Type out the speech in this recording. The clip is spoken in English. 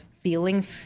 feeling